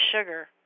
sugar